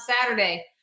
Saturday